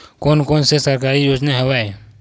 कोन कोन से सरकारी योजना हवय?